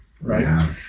right